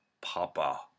Papa